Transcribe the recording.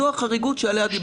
זו החריגות שעליה דיברת עכשיו.